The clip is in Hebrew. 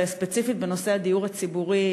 וספציפית בנושא הדיור הציבורי,